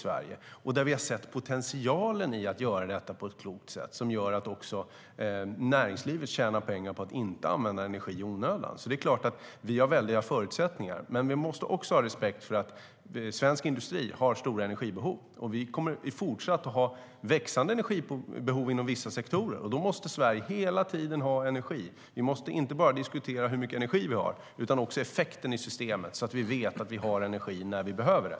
Vi har sett potentialen i att göra detta på ett klokt sätt, vilket gör att också näringslivet tjänar pengar på att inte använda energi i onödan. Det är klart att Sverige har väldigt goda förutsättningar. Men vi måste också ha respekt för att svensk industri har stora energibehov. Vi kommer fortsatt att ha växande energibehov inom vissa sektorer. Då måste Sverige hela tiden ha energi. Vi måste inte bara diskutera hur mycket energi vi har, utan också effekten i systemet så att vi vet att vi har energi när vi behöver det.